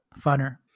funner